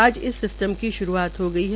आज इस सिस्टम की श्रूआत हो गई है